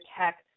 tech